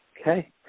Okay